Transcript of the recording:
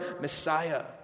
Messiah